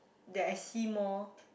that I see more